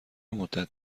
مدت